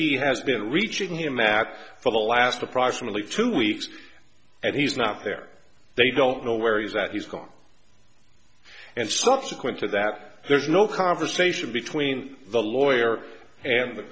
he has been reaching him back for the last approximately two weeks and he's not there they don't know where he's at he's gone and subsequent to that there's no conversation between the lawyer and the